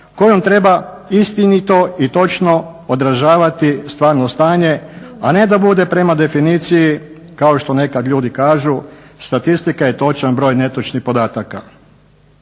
kojom treba istinito i točno odražavati stvarno stanje a ne da bude prema definiciji kao što nekad ljudi kažu statistika je točan broj netočnih podataka.